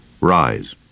Rise